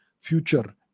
future